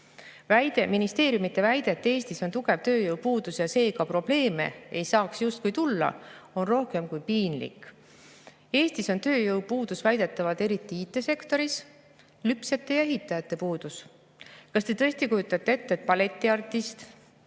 Ministeeriumide väide, et Eestis on tugev tööjõupuudus ja seega probleeme ei saaks justkui tulla, on rohkem kui piinlik. Eestis on tööjõupuudus väidetavalt eriti IT‑sektoris, on ka lüpsjate ja ehitajate puudus. Kas te tõesti kujutate ette, et balletiartist